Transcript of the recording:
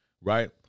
right